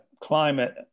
climate